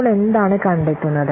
ഇപ്പോൾ എന്താണ് കണ്ടെത്തുന്നത്